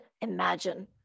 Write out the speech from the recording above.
imagine